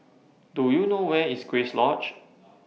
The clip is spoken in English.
Do YOU know Where IS Grace Lodge